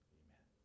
amen